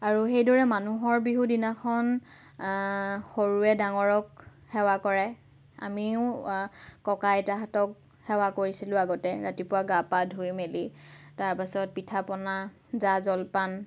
আৰু সেইদৰে মানুহৰ বিহু দিনাখন সৰুৱে ডাঙৰক সেৱা কৰে আমিও ককা আইতাহঁতক সেৱা কৰিছিলোঁ আগতে ৰাতিপুৱা গা পা ধুই মেলি তাৰ পাছত পিঠা পনা জা জলপান